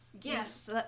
Yes